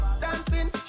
Dancing